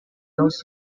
lost